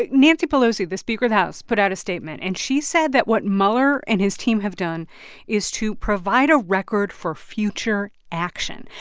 ah nancy pelosi, the speaker of the house, put out a statement. and she said that what mueller and his team have done is to provide a record for future action.